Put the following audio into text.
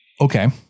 Okay